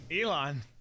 Elon